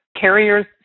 Carriers